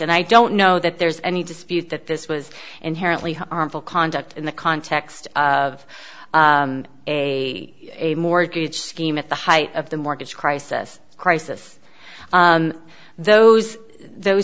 and i don't know that there's any dispute that this was inherently harmful conduct in the context of a mortgage scheme at the height of the mortgage crisis crisis those those